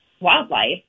wildlife